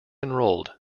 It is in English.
enrolled